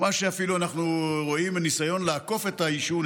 או אפילו מה שאנחנו רואים כניסיון לעקוף את העישון,